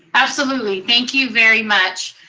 absolutely, thank you very much.